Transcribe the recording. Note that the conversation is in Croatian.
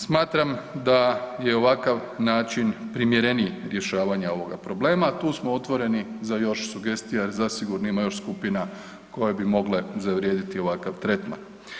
Smatram da je ovakav način primjereniji rješavanja ovoga problema, tu smo otvoreni za još sugestija jer zasigurno ima još skupina koje bi mogle zavrijediti ovakav tretman.